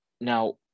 Now